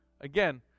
again